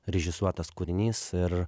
režisuotas kūrinys ir